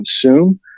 consume